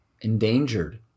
endangered